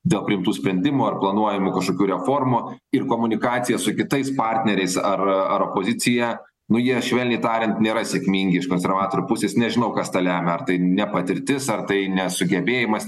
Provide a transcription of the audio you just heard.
dėl priimtų sprendimų ar planuojamų kažkokių reformų ir komunikacija su kitais partneriais ar ar opozicija nu jie švelniai tariant nėra sėkmingi iš konservatorių pusės nežinau kas tą lemia ar tai ne patirtis ar tai nesugebėjimas